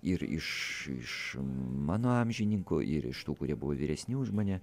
ir iš iš mano amžininkų ir iš tų kurie buvo vyresni už mane